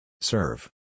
Serve